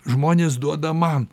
žmonės duoda man